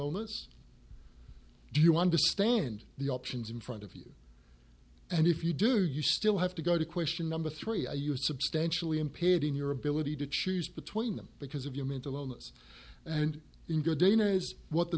illness do you understand the options in front of you and if you do you still have to go to question number three i used substantially impaired in your ability to choose between them because of your mental illness and in good dinner is what the